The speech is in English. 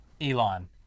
elon